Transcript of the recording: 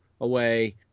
away